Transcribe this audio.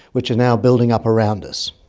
which are now building up around us.